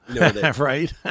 Right